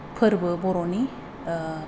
फोरबो बर'नि